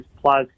plus